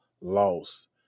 lost